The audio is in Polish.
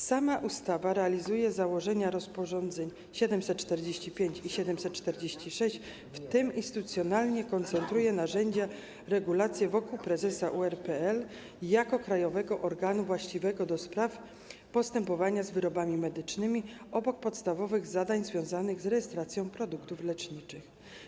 Sama ustawa realizuje założenia rozporządzeń nr 745 i 746, w tym instytucjonalnie koncentruje narzędzia i regulacje wokół prezesa URPL jako krajowego organu właściwego do spraw postępowania z wyrobami medycznymi, obok podstawowych zadań związanych z rejestracją produktów leczniczych.